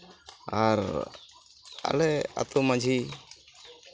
ᱟᱨ ᱟᱞᱮ ᱟᱛᱳ ᱢᱟᱺᱡᱷᱤ